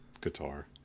Guitar